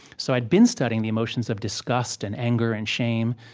so i'd been studying the emotions of disgust and anger and shame,